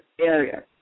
area